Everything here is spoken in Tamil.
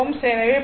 எனவே 0